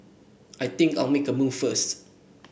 I think I'll make a move first